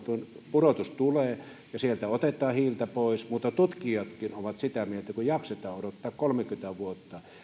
pudotushan tulee ja sieltä otetaan hiiltä pois mutta tutkijatkin ovat sitä mieltä että kun jaksetaan odottaa kolmekymmentä vuotta